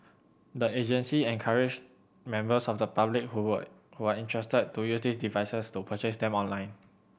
the agency encouraged members of the public who were who are interested to use these devices to purchase them online